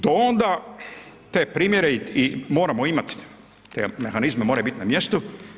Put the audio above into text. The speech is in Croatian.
Do onda te primjere moramo imati, te mehanizme, moraju biti na mjestu.